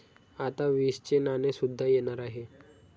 आता वीसचे नाणे सुद्धा येणार आहे